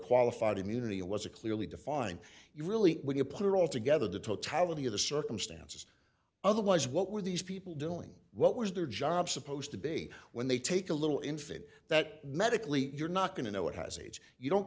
qualified immunity it was a clearly defined you really when you put are all together the totality of the circumstances otherwise what were these people doing what was their job supposed to be when they take a little infant that medically you're not going to know what has age you don't